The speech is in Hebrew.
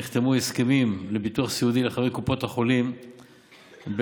נחתמו הסכמים לביטוח סיעודי לחברי קופות החולים בין